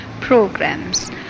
programs